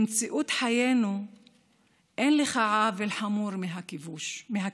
במציאות חיינו אין לך עוול חמור מהכיבוש.